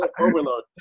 overload